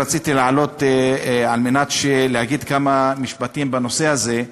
רציתי לעלות על מנת להגיד כמה משפטים בנושא הזה.